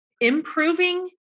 improving